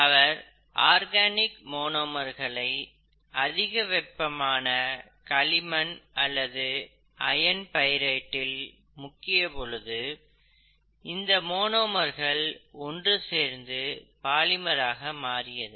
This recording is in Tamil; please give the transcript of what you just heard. அவர் ஆர்கானிக் மோனோமர்கலை அதிக வெப்பமான களிமண் அல்லது ஐயன் பைரைய்ட் இல் முக்கிய பொழுது இந்த மோனோமர்கள் ஒன்று சேர்ந்து பாலிமராக மாறியது